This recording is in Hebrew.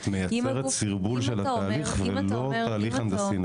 את מייצרת סרבול של התהליך ולא תהליך הנדסי נכון.